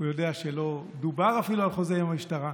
הוא יודע שלא דובר אפילו על חוזה עם המשטרה.